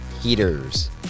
Heaters